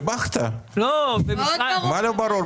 מה לא ברור?